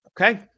Okay